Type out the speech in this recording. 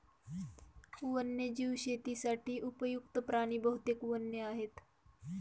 वन्यजीव शेतीसाठी उपयुक्त्त प्राणी बहुतेक वन्य आहेत